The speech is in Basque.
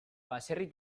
baserri